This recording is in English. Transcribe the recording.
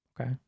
okay